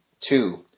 Two